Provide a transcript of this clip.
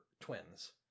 twins